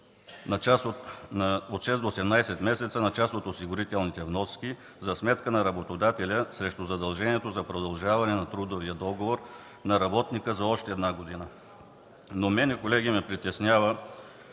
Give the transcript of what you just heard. от 6 до 18 месеца, на част от осигурителните вноски за сметка на работодателя срещу задължението за продължаване на трудовия договор на работника за още една година. Колеги, мен ме притеснява